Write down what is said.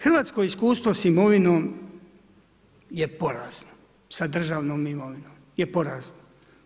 Hrvatsko iskustvo sa imovinom je porazno sa državnom imovinom je poraznom.